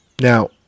Now